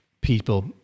people